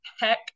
heck